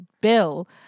bill